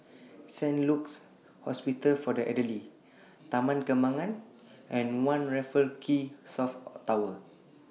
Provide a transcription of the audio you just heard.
Saint Luke's Hospital For The Elderly Taman Kembangan and one Raffles Quay South Tower